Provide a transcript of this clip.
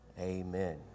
Amen